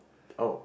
oh